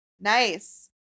nice